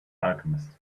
alchemist